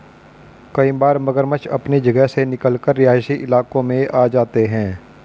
कई बार मगरमच्छ अपनी जगह से निकलकर रिहायशी इलाकों में आ जाते हैं